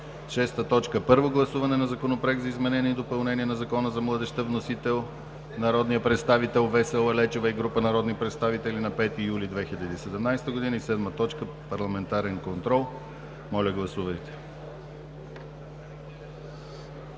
2017 г. 6. Първо гласуване на Законопроект за изменение и допълнение на Закона за младежта. Вносители са народният представител Весела Лечева и група народни представители на 5 юли 2017 г. 7. Парламентарен контрол. Моля, гласувайте.